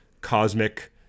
cosmic